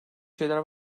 şeyler